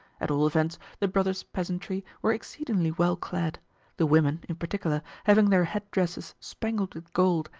at all events, the brothers' peasantry were exceedingly well clad the women, in particular, having their head-dresses spangled with gold,